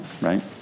right